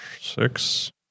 six